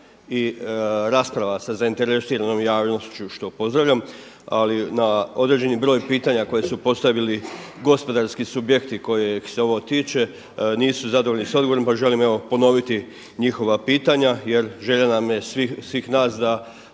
i rasprava sa zainteresiranom javnošću što pozdravljam, ali na određeni broj pitanja koja su postavili gospodarski subjekti kojih se ovo tiče nisu zadovoljni s odgovorom, pa želim evo ponoviti njihova pitanja jer želja nam je svih nas da